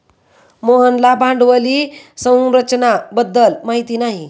मोहनला भांडवली संरचना बद्दल माहिती नाही